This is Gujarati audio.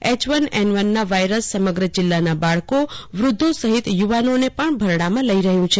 એચવન એનવનના વાયરસ સમગ્ર જિલ્લાના બાળકો વૃધ્યો સહિત યુવાનોને પણ ભરડામાં લઈ રહ્યું છે